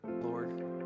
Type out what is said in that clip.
Lord